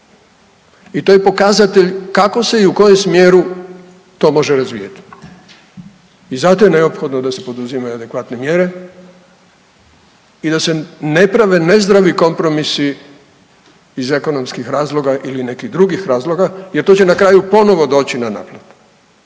I to je pokazatelj kako se i u kojem smjeru to može razvijati i zato je neophodno da se poduzimaju adekvatne mjere i da se ne prave nezdravi kompromisi iz ekonomskih razloga ili nekih drugih razloga jer to će na kraju ponovno doći na naplatu